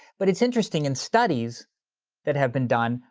but it's interesting in studies that have been done,